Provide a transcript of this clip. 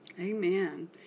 Amen